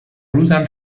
روزم